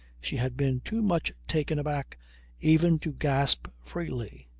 she had been too much taken aback even to gasp freely.